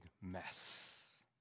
mess